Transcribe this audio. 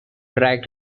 drag